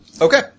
Okay